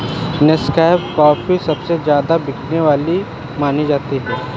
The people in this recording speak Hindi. नेस्कैफ़े कॉफी सबसे ज्यादा बिकने वाली मानी जाती है